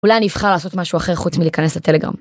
אולי אני אבחר לעשות משהו אחר חוץ מלהיכנס לטלגרם.